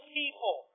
people